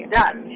done